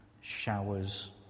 showers